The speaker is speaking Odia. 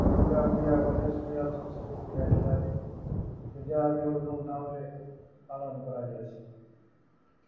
ଦୁର୍ଗା ପୂଜା ଗଣେଶ ପୂଜା ସରସ୍ୱତୀ ପୂଜା ଇତ୍ୟାଦି ସେ ଯାହା ବି ହେଉ ଧୁମ୍ଧାମ୍ରେ ପାଳନ କରାଯାଇଛି